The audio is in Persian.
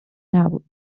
نبود